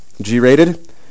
G-rated